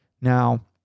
Now